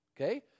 Okay